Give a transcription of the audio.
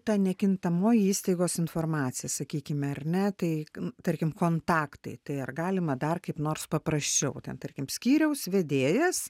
ta nekintamoji įstaigos informacija sakykime ar ne tai tarkim kontaktai tai ar galima dar kaip nors paprasčiau ten tarkim skyriaus vedėjas